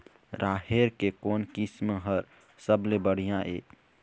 राहेर के कोन किस्म हर सबले बढ़िया ये?